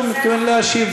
אני יכול לקבל הגנה?